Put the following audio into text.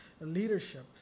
leadership